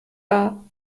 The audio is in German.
wahr